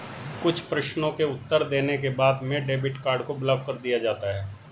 कुछ प्रश्नों के उत्तर देने के बाद में डेबिट कार्ड को ब्लाक कर दिया जाता है